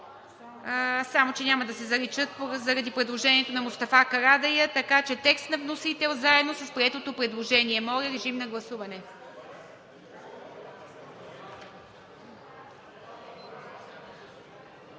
само че няма да се заличат заради предложението на Мустафа Карадайъ – така че текст на вносител, заедно с приетото предложение. Гласували